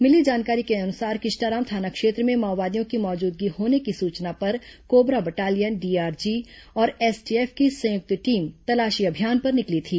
मिली जानकारी के अनुसार किस्टाराम थाना क्षेत्र में माओवादियों की मौजूदगी होने की सूचना पर कोबरा बटालियन डीआरजी और एसटीएफ की संयुक्त टीम तलाशी अभियान पर निकली थी